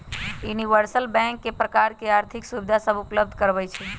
universal bank कय प्रकार के आर्थिक सुविधा सभ उपलब्ध करबइ छइ